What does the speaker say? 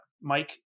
Mike